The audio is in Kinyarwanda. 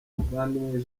muvandimwe